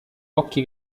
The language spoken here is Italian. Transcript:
occhi